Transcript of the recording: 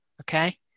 Okay